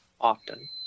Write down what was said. often